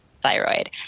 thyroid